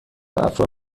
افرا